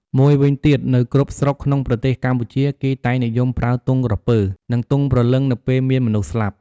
មួយវិញទៀត នៅគ្រប់ស្រុកក្នុងប្រទេសកម្ពុជា គេតែងនិយមប្រើទង់ក្រពើ និង ទង់ព្រលឹងនៅពេលមានមនុស្សស្លាប់ ។